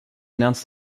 announce